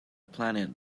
planet